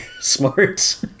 smart